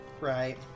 Right